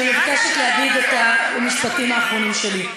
אני מבקשת להגיד את המשפטים האחרונים שלי.